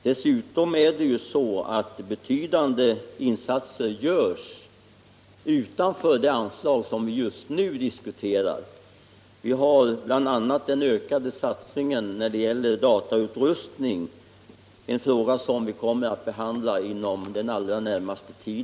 Dessutom görs det betydande insatser utanför de anslag som vi just nu diskuterar. Vi har bl.a. den ökade satsningen på datautrustningen, en fråga som vi kommer att behandla inom den allra närmaste tiden.